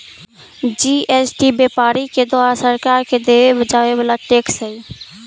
GST व्यापारि के द्वारा सरकार के देवे जावे वाला टैक्स हई